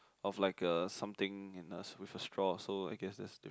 of like a something in a with a straw so I guess that's the difference